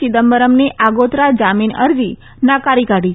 ચિદમ્બરમની આગોતરા જામીન અરજી નકારી કાઢી છે